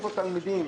איפה תלמידים?